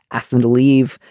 ask them to leave.